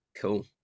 Cool